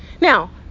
now